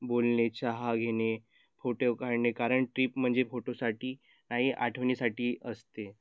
बोलणे चहा घेणे फोटो काढणे कारण ट्रीप म्हणजे फोटोसाठी नाही आठवणीसाठी असते